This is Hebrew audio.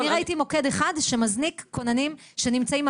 אני ראיתי מוקד אחד שמזניק כוננים שנמצאים,